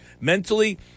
Mentally